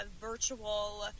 virtual